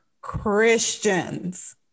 christians